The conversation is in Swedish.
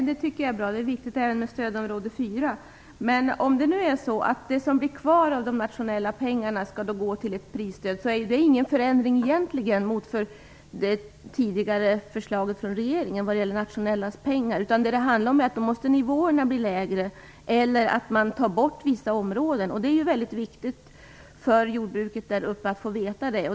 Fru talman! Det är bra. Det är viktigt även med stödområde 4. Men om det som blir kvar av de nationella pengarna skall gå till ett prisstöd innebär det ju ingen egentlig förändring jämfört med det tidigare förslaget från regeringen. Då måste nivåerna bli lägre eller vissa områden tas bort. Det är viktigt för jordbrukarna där uppe att få veta det.